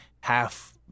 half-